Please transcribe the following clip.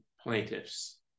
plaintiffs